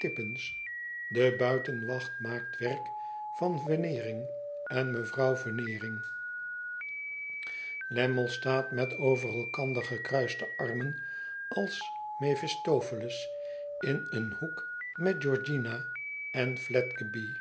de buitenwacht maakt werk van veneering en mevrouw veneering lammie staat met over elkander gekruiste armen als mephistopheles in een hoek roet georgiana en